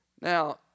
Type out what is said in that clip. Now